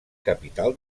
capital